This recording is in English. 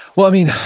well, i mean,